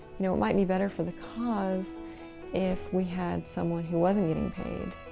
you know it might be better for the cause if we had someone who wasn't getting paid.